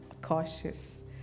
cautious